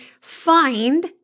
find